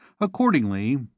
Accordingly